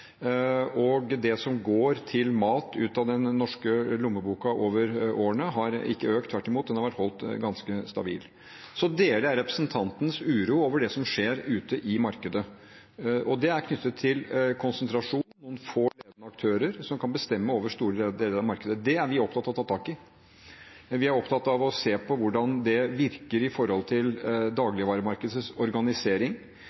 over årene ikke økt. Tvert imot, det har vært holdt ganske stabilt. Jeg deler representantens uro over det som skjer ute i markedet, og det er knyttet til konsentrasjon, noen få ledende aktører som kan bestemme over store deler av markedet. Det er vi opptatt av å ta tak i, men vi er opptatt av å se på hvordan det virker opp mot dagligvaremarkedets organisering, hvilke prinsipper som gjelder, og hvordan de ulike delene av denne verdikjeden, fra produksjon til